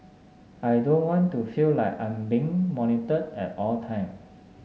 I don't want to feel like I'm being monitored at all the time